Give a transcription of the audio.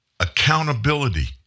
accountability